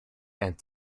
and